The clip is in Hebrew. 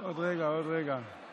כאמור, חוק ממדים ללימודים הוא חוק